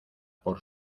por